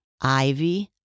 Ivy